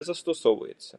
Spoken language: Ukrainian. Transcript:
застосовується